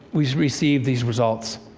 we received these results.